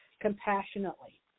compassionately